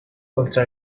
oltre